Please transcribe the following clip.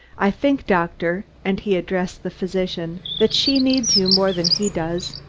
i think, doctor, and he addressed the physician, that she needs you more than he does.